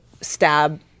stab